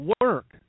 work